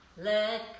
Let